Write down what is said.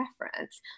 preference